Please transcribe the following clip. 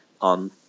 on